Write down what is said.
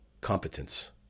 Competence